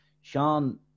Sean